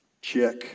Check